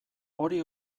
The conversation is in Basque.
hori